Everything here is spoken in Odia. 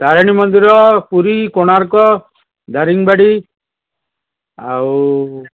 ତାରିଣୀ ମନ୍ଦିର ପୁରୀ କୋଣାର୍କ ଦାରିଙ୍ଗବାଡ଼ି ଆଉ